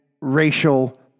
racial